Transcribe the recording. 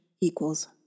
equals